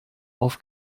auf